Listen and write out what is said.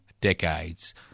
decades